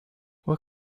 what